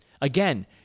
Again